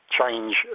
change